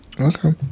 Okay